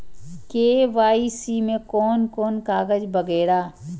KYC में कोन कोन कागज वगैरा?